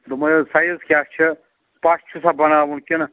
دوٚپمَے حظ سایِز کیٛاہ چھِ پَش چھُسا بناوُن کِنہٕ